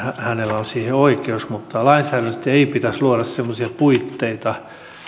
hänellä on siihen oikeus mutta lainsäädännöllisesti ei pitäisi luoda semmoisia puitteita